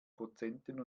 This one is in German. prozenten